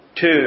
two